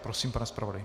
Prosím, pane zpravodaji.